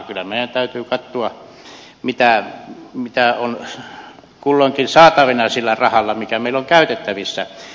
kyllä meidän täytyy katsoa mitä on kulloinkin saatavilla sillä rahalla mikä meillä on käytettävissä